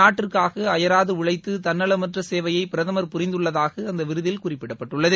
நாட்டிற்காக அயராது உழைத்து தன்னலமற்ற சேவையை பிரதமர் புரிந்துள்ளதாக அந்த விருதில் குறிப்பிடப்பட்டுள்ளது